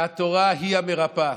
שהתורה היא המרפאה.